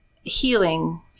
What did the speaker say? healing